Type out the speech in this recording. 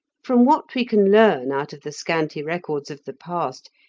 from what we can learn out of the scanty records of the past,